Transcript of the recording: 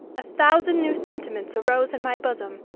a thousand new sentiments arose in my bosom,